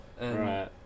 Right